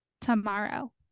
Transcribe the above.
tomorrow